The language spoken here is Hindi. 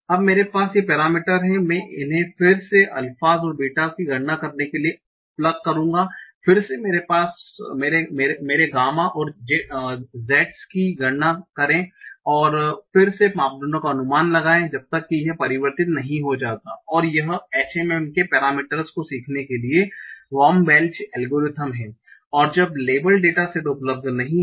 अब मेरे पास ये पैरामीटर हैं मैं इन्हें फिर से अल्फास और बीटास की गणना करने के लिए प्लग करूँगा फिर से मेरे गामा और ज़ेटस की गणना करें और फिर से मापदंडों का अनुमान लगाएं जब तक कि यह परिवर्तित नहीं हो जाता है और यह HMM के पेरामीटरस को सीखने के लिए बॉम वेल्च एल्गोरिथम है जब लेबल डेटा सेट उपलब्ध नहीं है